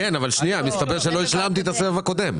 כן, אבל רגע, מסתבר שלא השלמתי את הסבב הקודם.